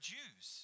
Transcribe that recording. Jews